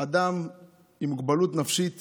אדם עם מוגבלות נפשית